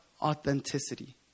authenticity